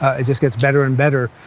ah it just gets better and better.